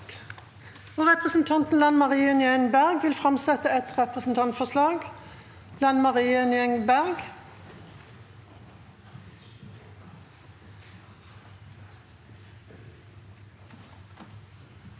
Representanten Lan Marie Nguyen Berg vil framsette et representantforslag. Lan Marie Nguyen Berg